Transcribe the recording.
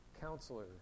Counselor